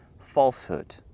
falsehood